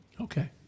Okay